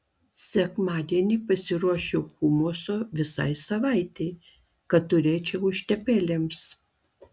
sekmadienį prisiruošiu humuso visai savaitei kad turėčiau užtepėlėms